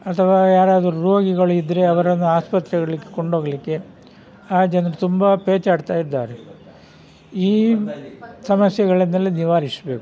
ಅಥವಾ ಯಾರಾದರೂ ರೋಗಿಗಳಿದ್ದರೆ ಅವರನ್ನು ಆಸ್ಪತ್ರೆಗಳಿಗೆ ಕೊಂಡೋಗಲಿಕ್ಕೆ ಆ ಜನರು ತುಂಬ ಪೇಚಾಡ್ತಾ ಇದ್ದಾರೆ ಈ ಸಮಸ್ಯೆಗಳನ್ನೆಲ್ಲ ನಿವಾರಿಸಬೇಕು